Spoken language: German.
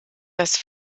das